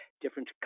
different